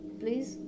please